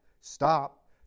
stop